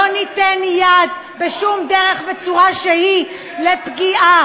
לא ניתן יד בשום דרך וצורה שהיא לפגיעה